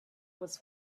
was